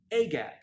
Agag